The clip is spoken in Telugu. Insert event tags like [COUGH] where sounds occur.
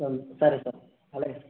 [UNINTELLIGIBLE] సరే సార్ అలాగే సార్